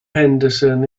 henderson